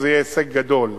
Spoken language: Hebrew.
זה יהיה הישג גדול.